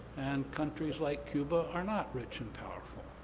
and countries like cuba are not rich and powerful.